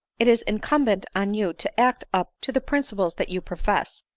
it is incumbent on you to act up to the principles that you profess,